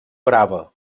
grava